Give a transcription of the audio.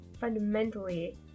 fundamentally